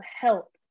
help